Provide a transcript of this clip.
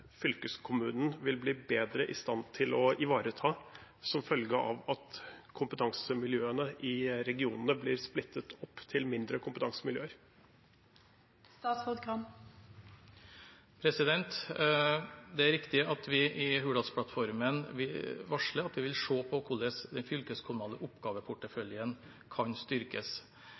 fylkeskommunen vil bli bedre i stand til å ivareta som følge av at kompetansemiljøene i regionene blir splittet opp til mindre kompetansemiljøer? Det er riktig at vi i Hurdalsplattformen varsler at vi vil se på hvordan den fylkeskommunale oppgaveporteføljen kan styrkes.